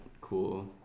cool